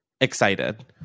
excited